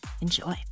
Enjoy